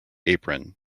apron